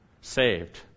saved